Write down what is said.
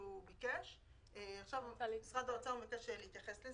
ולכן אני לא הולך לפתוח עכשיו שום סעיף בחוק ושום